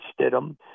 Stidham